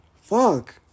Fuck